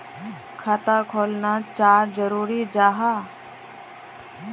खाता खोलना चाँ जरुरी जाहा?